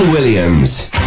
Williams